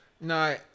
No